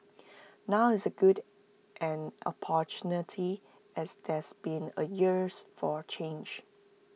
now is A good an opportunity as there's been A years for change